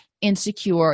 insecure